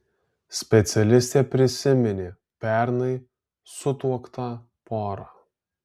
specialistė prisiminė pernai sutuoktą porą